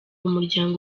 umuryango